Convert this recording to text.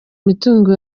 imitungo